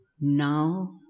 Now